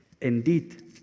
Indeed